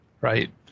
Right